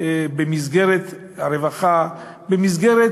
במסגרת הרווחה, במסגרת